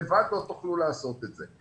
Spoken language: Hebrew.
לבד לא תוכלו לעשות את זה.